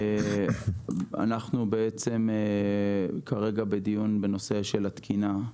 אנחנו בעצם כרגע בדיון בנושא של התקינה,